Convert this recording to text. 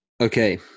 okay